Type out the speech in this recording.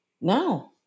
no